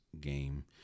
game